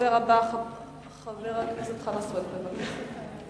הדובר הבא, חבר הכנסת חנא סוייד, בבקשה.